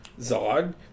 Zod